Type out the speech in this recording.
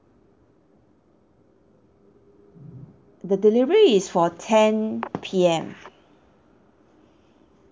the delivery is for ten P_M